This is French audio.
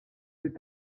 plus